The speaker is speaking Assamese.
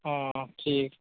অঁ ঠিক